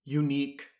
unique